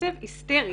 בקצב היסטרי.